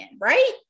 right